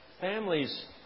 Families